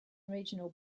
regional